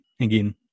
again